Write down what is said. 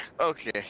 Okay